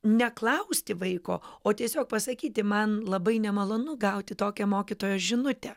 neklausti vaiko o tiesiog pasakyti man labai nemalonu gauti tokią mokytojo žinutę